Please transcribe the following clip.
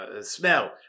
Smell